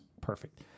perfect